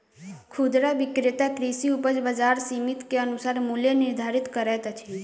खुदरा विक्रेता कृषि उपज बजार समिति के अनुसार मूल्य निर्धारित करैत अछि